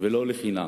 ולא לחינם.